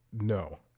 No